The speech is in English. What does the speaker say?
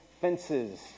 Fences